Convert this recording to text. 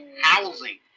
housing